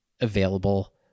available